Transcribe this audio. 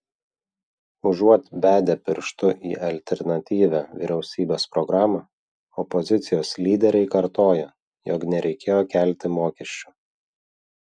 užuot bedę pirštu į alternatyvią vyriausybės programą opozicijos lyderiai kartoja jog nereikėjo kelti mokesčių